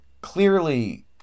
clearly